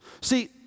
See